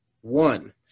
One